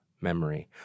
memory